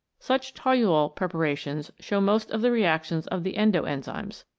such toluol preparations show most of the reactions of the endo-enzymes.